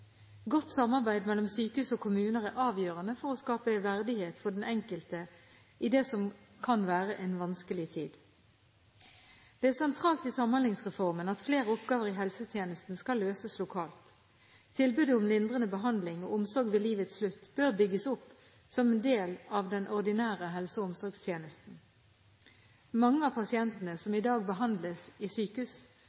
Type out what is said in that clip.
Godt samarbeid mellom sykehus og kommuner er avgjørende for å skape verdighet for den enkelte i det som kan være en vanskelig tid. Det er sentralt i Samhandlingsreformen at flere oppgaver i helsetjenesten skal løses lokalt. Tilbudet om lindrende behandling og omsorg ved livets slutt bør bygges opp som en del av den ordinære helse- og omsorgstjenesten. Mange av pasientene som